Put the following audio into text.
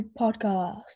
podcast